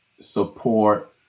support